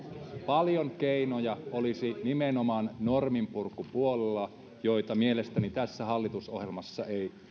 paljon keinoja olisi nimenomaan norminpurkupuolella joita mielestäni tässä hallitusohjelmassa ei